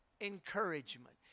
encouragement